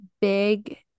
big